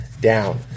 down